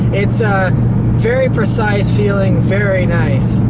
it's a very precise feeling. very nice.